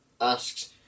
asks